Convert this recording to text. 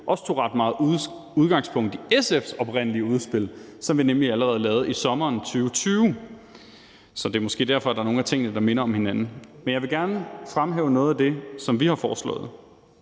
også tog ret meget udgangspunkt i SF's oprindelige udspil, som vi nemlig allerede lavede i sommeren 2020. Så det er måske derfor, der er nogle af tingene, der minder om hinanden. Men jeg vil gerne fremhæve noget af det, som vi har foreslået.